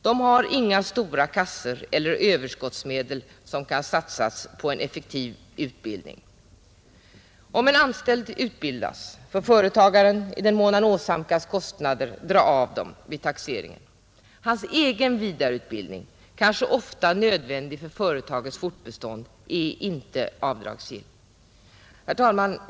De har inga stora kassor eller överskottsmedel som kan satsas på en effektiv utbildning. Om en anställd utbildas får företagaren i den mån han åsamkas kostnader dra av dessa vid taxeringen. Hans egen vidareutbildning, kanske ofta nödvändig för företagets fortbestånd, är inte avdragsgill. Herr talman!